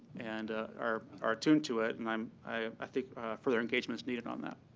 and are are attuned to it. and um i think further engagement is needed on that.